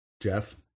Jeff